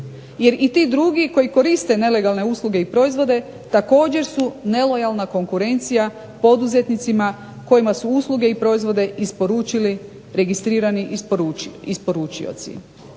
Jer i ti drugi koji koriste nelegalne usluge i proizvode također su nelojalna konkurencija poduzetnicima kojima su usluge i proizvode isporučili registrirani isporučioci.